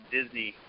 Disney